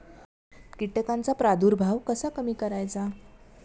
कीटकांचा प्रादुर्भाव कसा कमी करायचा?